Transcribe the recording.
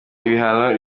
ibihano